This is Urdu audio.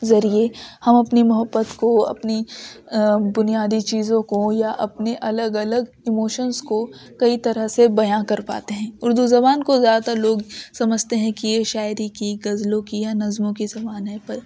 ذریعے ہم اپنی محبت کو اپنی بنیادی چیزوں کو یا اپنی الگ الگ ایموشنس کو کئی طرح سے بیاں کر پاتے ہیں اردو زبان کو زیادہ تر لوگ سمجھتے ہیں کہ یہ شاعری کی غزلوں کی یا نظموں کی زبان ہے پر